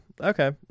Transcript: okay